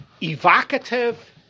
evocative